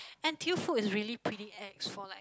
N_T_U food is really pretty ex for like